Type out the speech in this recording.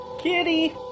Kitty